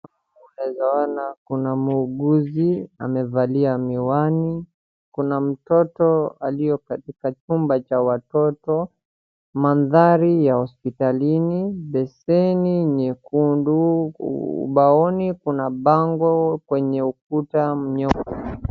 Unaeza ona kuna muunguzi aliyevalia miwani. Kuna mtoto alio katika chumba cha watoto, mandhari ya hospitalini, beseni nyekundu. Ubaoni kuna bango kwenye ukuta